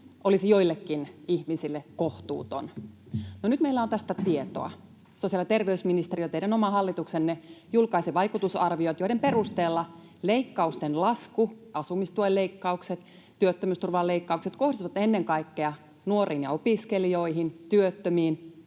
olisivat joillekin ihmisille kohtuuttomia. No, nyt meillä on tästä tietoa. Sosiaali- ja terveysministeriö, teidän oma hallituksenne, julkaisi vaikutusarviot, joiden perusteella leikkausten — asumistuen leikkausten, työttömyysturvan leikkausten — lasku kohdistuu ennen kaikkea nuoriin ja opiskelijoihin, työttömiin